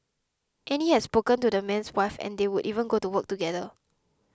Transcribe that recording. Annie had spoken to the man's wife and they would even go to work together